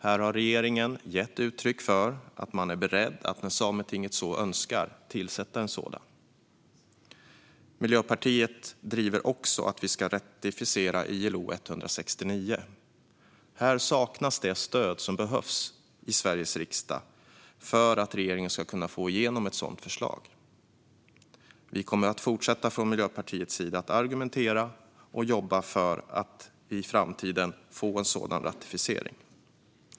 Här har regeringen gett uttryck för att man är beredd att när Sametinget så önskar tillsätta en sådan. Miljöpartiet driver också att vi ska ratificera ILO 169. Här saknas det stöd som behövs i Sveriges riksdag för att regeringen ska kunna få igenom ett sådant förslag. Vi kommer att fortsätta att från Miljöpartiets sida argumentera och jobba för att i framtiden få en sådan ratificering.